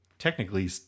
technically